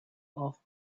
off